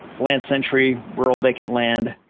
land century, rural vacant land,